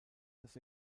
dass